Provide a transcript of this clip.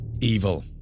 evil